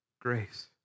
Grace